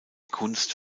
kunst